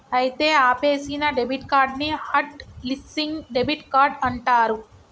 అయితే ఆపేసిన debit card ని హట్ లిస్సింగ్ డెబిట్ కార్డ్ అంటారు